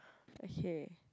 okay